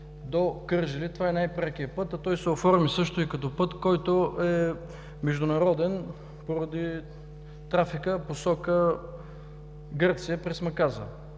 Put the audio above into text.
до Кърджали това е най-прекият път, а той се оформи също като международен път поради трафика посока Гърция през Маказа?